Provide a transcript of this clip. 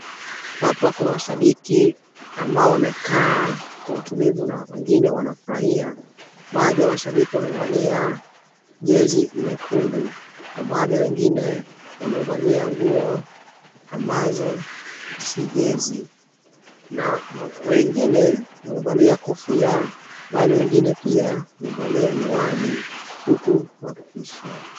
Hapa kuna washabiki amabao wamekaa, kwa utulivu na wanafurahia. Baadhi ya mashabiki wamevalia jezi nyekundu na baadhi ya wengine wamevalia nguo ambazo si jezi. Na wengine wamevalia kofia bali wengine pia wamevalia miwani huku wakishangilia.